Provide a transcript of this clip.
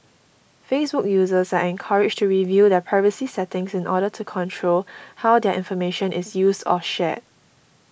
Facebook users are encouraged to review their privacy settings in order to control how their information is used or shared